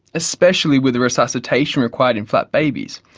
especially with the resuscitation required in flat babies,